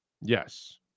yes